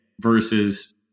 versus